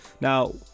Now